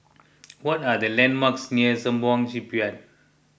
what are the landmarks near Sembawang Shipyard